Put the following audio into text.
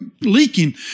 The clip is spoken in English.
leaking